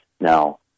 Now